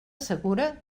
segura